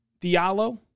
Diallo